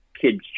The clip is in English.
kids